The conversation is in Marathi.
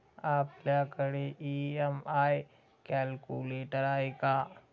आपल्याकडे ई.एम.आय कॅल्क्युलेटर आहे का?